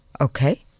Okay